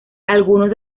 algunos